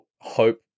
hope